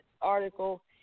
article